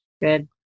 Good